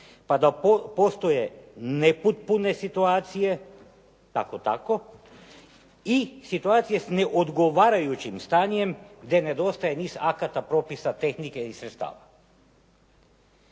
pa da postoje nepotpune situacije kako-tako i situacije s neodgovarajućim stanjem gdje nedostaje niz akata, propisa, tehnike i sredstava.